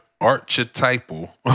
archetypal